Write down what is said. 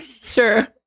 Sure